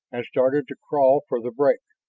and started to crawl for the break.